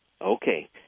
Okay